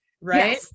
right